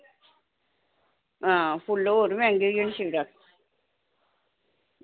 हां फुल्ल होर मैंह्गे होई जाने शिवरात्री